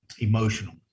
emotional